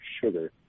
sugar